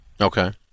okay